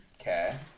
Okay